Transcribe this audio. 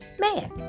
man